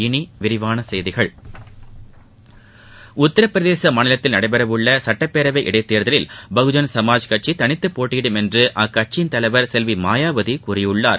இனி விரிவான செய்திகள் உத்தரப் பிரதேச மாநிலத்தில் நடைபெறவுள்ள சுட்டப்பேரவை இடைத்தேர்தலில் பகுஜன் சமாஜ்கட்சி தனித்து போட்டியிடும் என்று அக்கட்சியின் தலைவர் செல்வி மாயாவதி கூறியுள்ளார்